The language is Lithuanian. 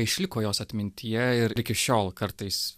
išliko jos atmintyje ir iki šiol kartais